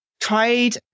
tried